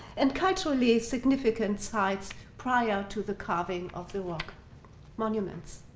and culturally significant sites prior to the carving of the rock monuments.